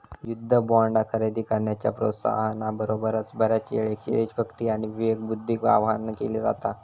युद्ध बॉण्ड खरेदी करण्याच्या प्रोत्साहना बरोबर, बऱ्याचयेळेक देशभक्ती आणि विवेकबुद्धीक आवाहन केला जाता